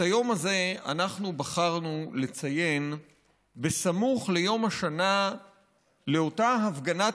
את היום הזה אנחנו בחרנו לציין סמוך ליום השנה לאותה הפגנת